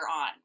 on